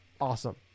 awesome